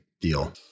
deal